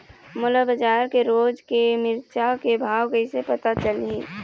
मोला बजार के रोज के मिरचा के भाव कइसे पता चलही?